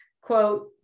quote